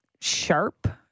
sharp